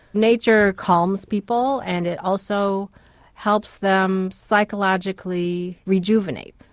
nature calms people and it also helps them psychologically rejuvenate.